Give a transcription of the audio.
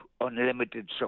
unlimited